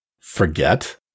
Forget